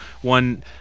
one